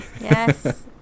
yes